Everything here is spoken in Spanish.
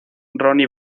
ronnie